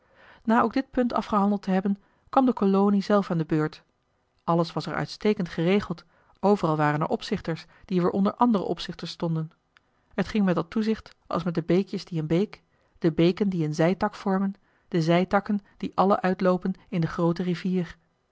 na ook dit punt afgehandeld te hebben kwam de kolonie zelf aan de beurt alles was er uitstekend geregeld overal waren er opzichters die weer onder andere opzichters stonden het ging met dat toezicht als met de beekjes die een beek de beken die een zijtak vormen de zijtakken die alle uitloopen in de groote rivier